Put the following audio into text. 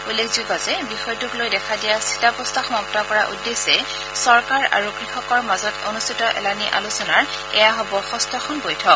উল্লেখযোগ্য যে বিষয়টোক লৈ দেখা দিয়া স্থিতাবস্থা সমাপ্ত কৰাৰ উদ্দেশ্যে চৰকাৰ আৰু কৃষকৰ মাজত অনুষ্ঠিত এলানি আলোচনাৰ এয়া হ'ব ষষ্ঠখন বৈঠক